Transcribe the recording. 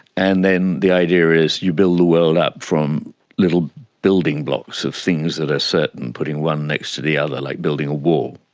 and then the idea is you build the world up from little building blocks of things that are certain, putting one next to the other like building a wall.